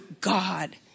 God